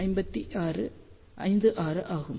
56 ஆகும்